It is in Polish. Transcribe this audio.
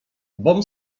bom